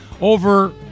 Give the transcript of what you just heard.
over